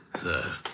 sir